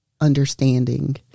understanding